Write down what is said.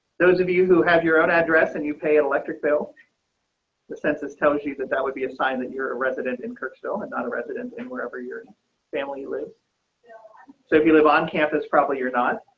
those of you who have your own address and you pay an electric bill the census tells you you that that would be assigned that you're a resident in clarksville and non resident and wherever your and family live yeah so if you live on campus, probably, you're not